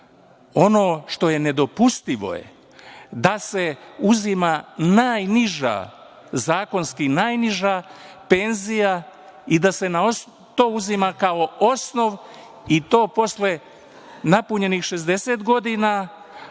ono što je nedopustivo je da se uzima najniža, zakonski najniža penzija i da se to uzima kao osnov i to posle napunjenih 60 godina